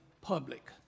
Public